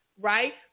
Right